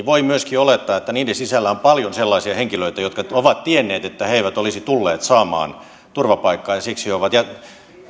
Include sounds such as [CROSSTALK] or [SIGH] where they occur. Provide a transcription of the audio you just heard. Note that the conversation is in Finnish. [UNINTELLIGIBLE] voi myöskin olettaa että niiden neljäntuhannen sisällä jotka ovat rauenneita on paljon sellaisia henkilöitä jotka ovat tienneet että he eivät olisi tulleet saamaan turvapaikkaa ja siksi